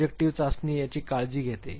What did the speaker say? projective चाचणी याची काळजी घेते